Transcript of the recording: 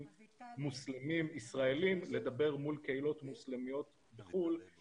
מוסלמים ישראלים לדבר מול קהילות מוסלמיות בחוץ לארץ